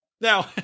Now